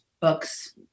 books